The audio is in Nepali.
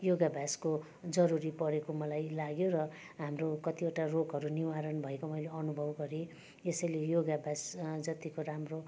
योगाभ्यासको जरुरी परेको मलाई लाग्यो र हाम्रो कतिवटा रोगहरू निवारण भएको मैले अनुभव गरेँ यसैले योगाभ्यास जतिको राम्रो